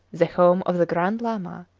the home of the grand lama,